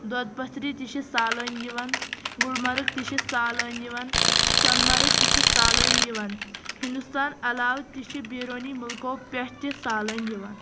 دۄدٕ پتھرِ تہِ چھِ سالٲنۍ یِوان گُلمرگ تہِ چھِ سالانۍ یِوان سۄنہٕ مرگ تہِ چھِ سالٲنۍ یِوان ہندُستان علاوہ تہِ چھِ بیٖرونی مُلکو پیٹھ تہِ سالٲنۍ یِوان